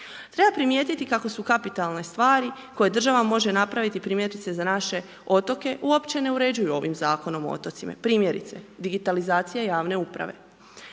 Treba primijetiti kako se kapitalne stvari koje država može napraviti za naše otoke uopće ne uređuju Zakonom o otocima. Primjerice, digitalizacijom kompletne javne uprave